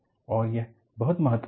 और यह बहुत महत्वपूर्ण है